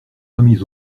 remise